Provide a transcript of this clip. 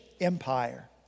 Empire